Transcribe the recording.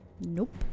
nope